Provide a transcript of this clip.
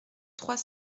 trois